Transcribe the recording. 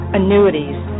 annuities